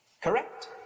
Correct